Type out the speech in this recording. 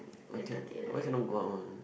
why cannot why cannot go out one